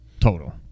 total